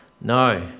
No